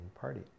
party